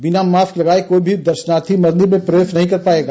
बिना मास्क लगाए कोई भी दर्शनार्थी मन्दिर में प्रवेश नही कर पायेगा